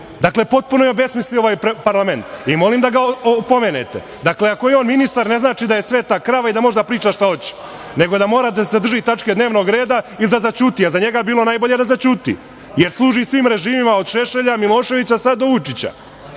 Srbije. Dakle, potpuno je obesmislio ovaj parlament i molim da ga opomenete. Dakle, ako je on ministar, ne znači da je sveta krava i da može da priča šta hoće, nego da mora da se drži tačke dnevnog reda ili da zaćuti, a za njega bi bilo najbolje da zaćuti, jer služi svim režimima, od Šešelja, Miloševića do sada Vučića.